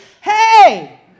hey